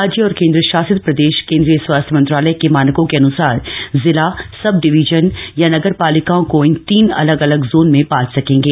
राज्य और केन्द्रशासित प्रदेश केंद्रीय स्वास्थ्य मंत्रालय के मानकों के अनुसार जिला सब डिवीजन या नगर पालिकाओं को इन तीन अलग अलग जोन में बांट सकेंगे